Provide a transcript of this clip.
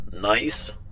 Nice